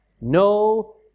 No